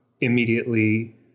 immediately